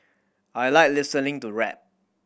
I like listening to rap